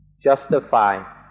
justify